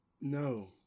No